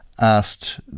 asked